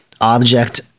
object